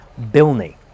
Bilney